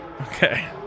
okay